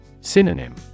Synonym